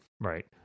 right